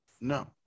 No